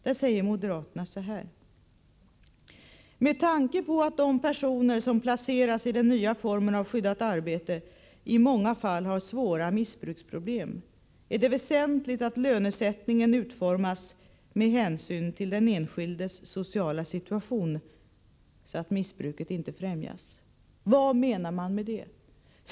Där skriver moderaterna: ”Med tanke på att de personer som placeras i den nya formen av skyddat arbete i många fall har svåra missbruksproblem är det väsentligt att lönesättningen utformas med hänsyn till den enskildes sociala situation, så att missbruket inte främjas.” Vad menas med detta?